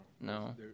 No